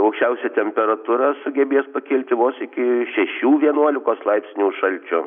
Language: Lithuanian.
aukščiausia temperatūra sugebės pakilti vos iki šešių vienuolikos laipsnių šalčio